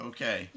Okay